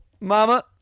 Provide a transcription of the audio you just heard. Mama